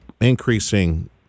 increasing